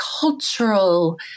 cultural